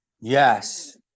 Yes